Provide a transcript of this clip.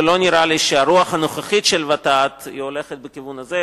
ולא נראה לי שהרוח הנוכחית של ות"ת הולכת בכיוון הזה,